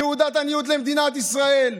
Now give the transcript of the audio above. תעודת עניות למדינת ישראל.